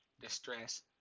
distress